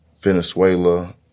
venezuela